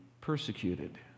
persecuted